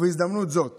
בהזדמנות הזאת